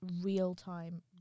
real-time